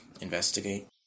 investigate